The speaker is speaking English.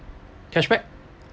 cash back